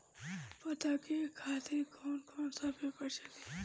पता के खातिर कौन कौन सा पेपर चली?